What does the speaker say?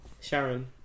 sharon